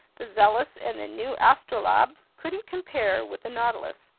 the zealous and the new astrolabe couldn't compare with the nautilus,